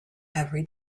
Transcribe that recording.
every